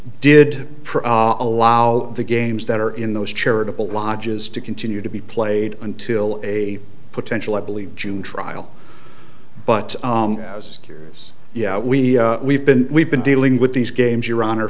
did allow the games that are in those charitable lodges to continue to be played until a potential i believe june trial but i was curious yeah we we've been we've been dealing with these games